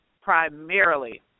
primarily